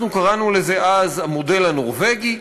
אנחנו קראנו לזה אז "המודל הנורבגי",